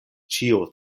ĉio